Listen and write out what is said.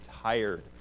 tired